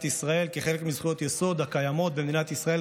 ישראל כחלק מזכויות יסוד הקיימות במדינת ישראל,